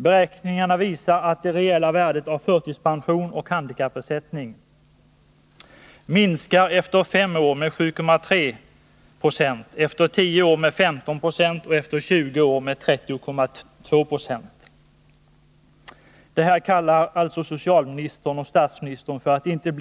Beräkningarna visar att det reella värdet av förtidspension och handikappersättning minskar efter fem år med 7,3 20, efter tio år med 15 96 och efter tjugo år med 30,2 6. Det här kallar alltså socialministern och statsministern inte fö